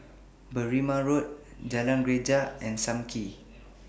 Berrima Road Jalan Greja and SAM Kee